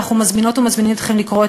אנחנו מזמינות ומזמינים אתכם לקרוא את